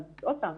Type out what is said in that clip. אבל עוד פעם,